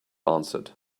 answered